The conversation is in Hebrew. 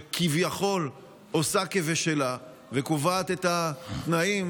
שכביכול עושה כבשלה וקובעת את התנאים